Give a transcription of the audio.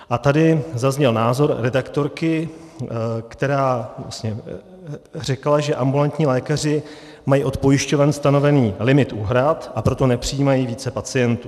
A tady zazněl názor redaktorky, která řekla, že ambulantní lékaři mají od pojišťoven stanovený limit úhrad, a proto nepřijímají více pacientů.